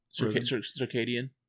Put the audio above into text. Circadian